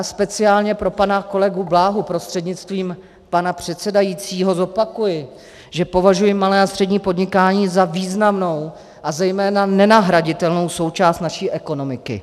Speciálně pro pana kolegu Bláhu prostřednictvím pana předsedajícího zopakuji, že považuji malé a střední podnikání za významnou a zejména nenahraditelnou součást naší ekonomiky.